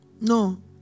No